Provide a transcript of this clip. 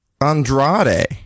Andrade